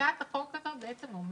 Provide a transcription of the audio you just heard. הצעת החוק הזאת אומרת: